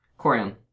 Corian